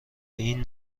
این